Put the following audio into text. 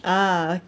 ah